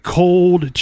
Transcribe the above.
cold